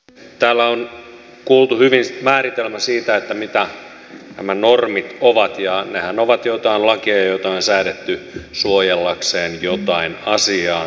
täällä on kuultu määritelmä siitä mitä nämä normit ovat ja nehän ovat joitain lakeja joita on säädetty jonkin asian tai jonkun suojelemiseksi